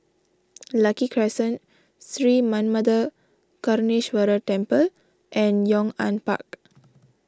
Lucky Crescent Sri Manmatha Karuneshvarar Temple and Yong An Park